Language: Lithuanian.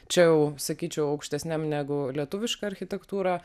čia jau sakyčiau aukštesniam negu lietuviška architektūra